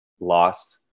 lost